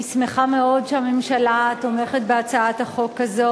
אני שמחה מאוד שהממשלה תומכת בהצעת החוק הזאת.